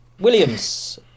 Williams